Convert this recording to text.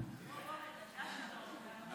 גברתי היושבת-ראש,